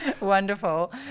wonderful